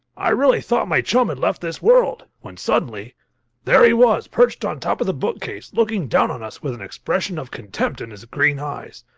i really thought my chum had left this world, when suddenly there he was perched on top of the book-case, looking down on us with an expression of contempt in his green eyes.